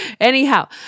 Anyhow